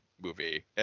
movie